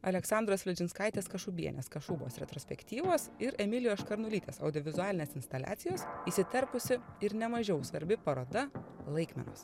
aleksandros fledžinskaitės kašubienės kašubos retrospektyvos ir emilijos škarnulytės audiovizualinės instaliacijos įsiterpusi ir nemažiau svarbi paroda laikmenos